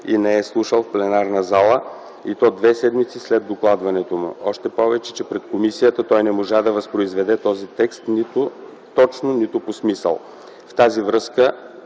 и не е слушал в пленарната зала, и то две седмици след докладването му. Още повече, че пред комисията той не можа да възпроизведе този текст нито точно, нито по смисъл. В тази връзка